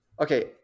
Okay